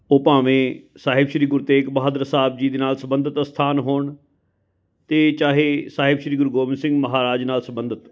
ਉਹ ਭਾਵੇਂ ਸਾਹਿਬ ਸ਼੍ਰੀ ਗੁਰੂ ਤੇਗ ਬਹਾਦਰ ਸਾਹਿਬ ਜੀ ਦੇ ਨਾਲ ਸੰਬੰਧਿਤ ਅਸਥਾਨ ਹੋਣ ਅਤੇ ਚਾਹੇ ਸਾਹਿਬ ਸ਼੍ਰੀ ਗੁਰੂ ਗੋਬਿੰਦ ਸਿੰਘ ਮਹਾਰਾਜ ਨਾਲ ਸੰਬੰਧਿਤ